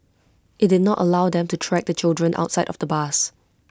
IT did not allow them to track the children outside of the bus